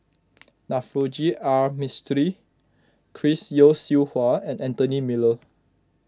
Navroji R Mistri Chris Yeo Siew Hua and Anthony Miller